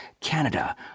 Canada